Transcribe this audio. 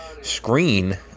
screen